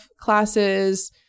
classes